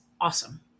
awesome